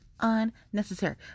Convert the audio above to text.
unnecessary